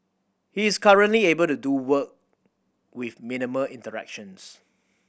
he is currently able to do work with minimal interactions